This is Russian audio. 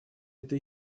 это